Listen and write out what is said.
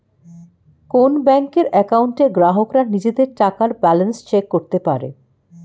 কোন ব্যাংকের অ্যাকাউন্টে গ্রাহকরা নিজেদের টাকার ব্যালান্স চেক করতে পারে